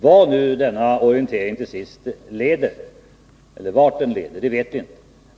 Vart nu denna orientering till sist leder vet vi inte.